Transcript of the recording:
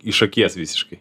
iš akies visiškai